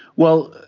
well,